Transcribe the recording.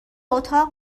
اتاق